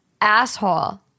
asshole